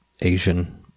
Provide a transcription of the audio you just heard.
Asian